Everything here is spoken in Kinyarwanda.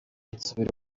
nsubira